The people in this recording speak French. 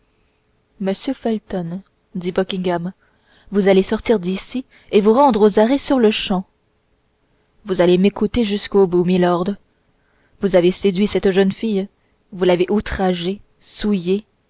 felton dit buckingham vous allez sortir d'ici et vous rendre aux arrêts sur-le-champ vous allez m'écouter jusqu'au bout milord vous avez séduit cette jeune fille vous l'avez outragée souillée